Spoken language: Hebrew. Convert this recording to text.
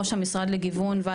ראש המשרד לגיוון והכללה,